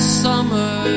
summer